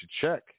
check